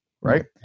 right